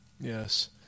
Yes